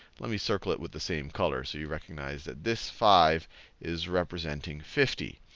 let me circle it with the same color so you recognize that this five is representing fifty.